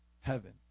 heaven